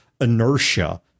inertia